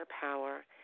power